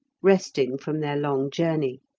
resting from their long journey.